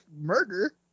murder